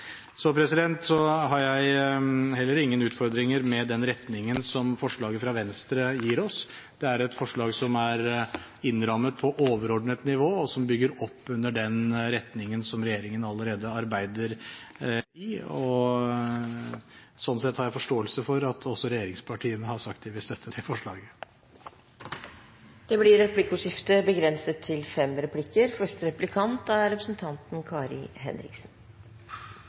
har heller ingen utfordringer med den retningen som forslaget fra Venstre gir oss. Det er et forslag som er innrammet på overordnet nivå, og som bygger opp under den retningen som regjeringen allerede arbeider i, og sånn sett har jeg forståelse for at også regjeringspartiene har sagt at de vil støtte det forslaget. Det blir replikkordskifte.